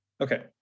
Okay